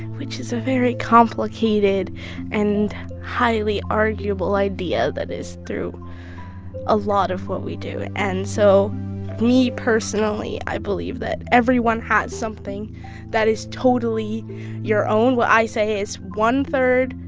which is a very complicated and highly arguable idea that is through a lot of what we do. and so me personally, i believe that everyone has something that is totally your own. what i say is one-third,